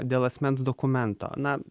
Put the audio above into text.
dėl asmens dokumento na